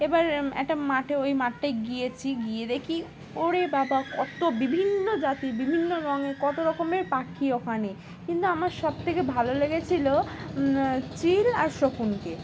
এবার একটা মাঠে ওই মাঠটায় গিয়েছি গিয়ে দেখি ওরে বাবা কত বিভিন্ন জাতি বিভিন্ন রঙের কত রকমের পাখি ওখানে কিন্তু আমার সবথেকে ভালো লেগেছিলো চিল আর শকুনকে